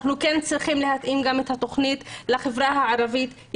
אנחנו כן צריכים להתאים את התכנית לחברה הערבית.